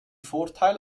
vorteil